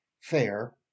fair